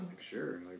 Sure